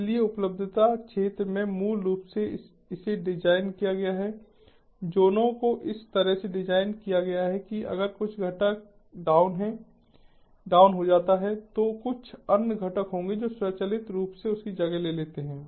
इसलिए उपलब्धता क्षेत्र में मूल रूप से इसे डिज़ाइन किया गया है जोनों को इस तरह से डिज़ाइन किया गया है कि अगर कुछ घटक है जो डाउन जाता है तो कुछ अन्य घटक होंगे जो स्वचालित रूप से उसकी जगह ले लेते हैं